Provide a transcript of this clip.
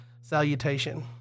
salutation